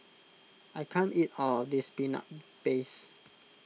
I can't eat all of this Peanut Paste